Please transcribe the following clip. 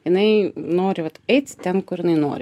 jinai nori vat eit ten kur jinai nori